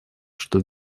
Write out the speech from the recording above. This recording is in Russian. что